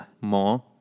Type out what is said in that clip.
more